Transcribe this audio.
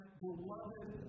beloved